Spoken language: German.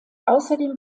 außerdem